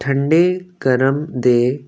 ਠੰਡੇ ਗਰਮ ਦੇ